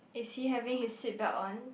is he having his seat belt on